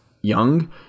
Young